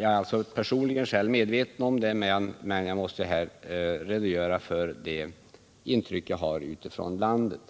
Jag är alltså personligen medveten om detta, men jag måste här redogöra för de intryck jag mottagit från människor ute i